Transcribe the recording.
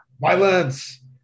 violence